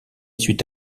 suit